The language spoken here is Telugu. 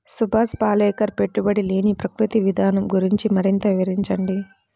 సుభాష్ పాలేకర్ పెట్టుబడి లేని ప్రకృతి విధానం గురించి మరింత వివరించండి